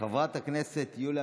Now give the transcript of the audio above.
חברת הכנסת יוליה